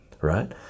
right